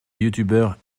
youtuber